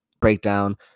breakdown